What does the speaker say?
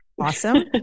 awesome